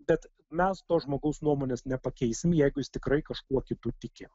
bet mes to žmogaus nuomonės nepakeisim jeigu jis tikrai kažkuo kitu tiki